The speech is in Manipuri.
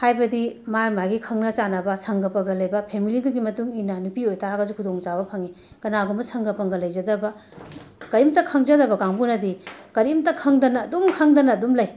ꯍꯥꯏꯕꯗꯤ ꯃꯥꯒꯤ ꯃꯥꯒꯤ ꯈꯪꯅ ꯆꯥꯟꯅꯕ ꯁꯪꯒ ꯄꯪꯒ ꯂꯩꯕ ꯐꯦꯃꯤꯂꯤꯗꯨꯒꯤ ꯃꯇꯨꯡ ꯏꯟꯅ ꯅꯨꯄꯤ ꯑꯣꯏꯕ ꯇꯥꯔꯒꯁꯨ ꯈꯨꯗꯣꯡꯆꯥꯕ ꯐꯪꯏ ꯀꯅꯥꯒꯨꯝꯕ ꯁꯪꯒ ꯄꯪꯒ ꯂꯩꯖꯗꯕ ꯀꯔꯤꯃꯠꯇ ꯈꯪꯖꯗꯕ ꯀꯥꯡꯕꯨꯅꯗꯤ ꯀꯔꯤꯃꯠꯇ ꯈꯪꯗꯅ ꯑꯗꯨꯝ ꯈꯪꯗꯅ ꯑꯗꯨꯝ ꯂꯩ